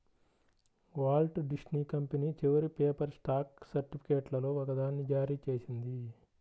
Walt Disney company చివరి paper stock సర్టిఫికేట్లలో ఒకదాన్ని జారీ చేసింది